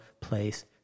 place